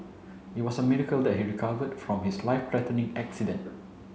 it was a miracle that he recovered from his life threatening accident